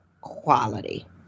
quality